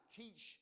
teach